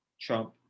Trump